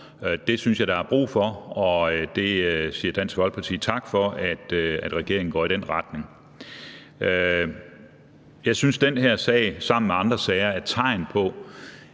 Det synes jeg der er brug for, og det siger Dansk Folkeparti tak for, altså for at regeringen går i den retning. Jeg synes, at den her sag – sammen med andre sager – er et tegn på,